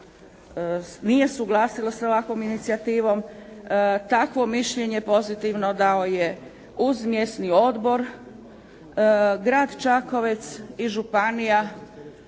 nije suglasilo s ovakvom inicijativom, takvo mišljenje pozitivno dao je uz mjesni odbor Grad Čakovec i Županija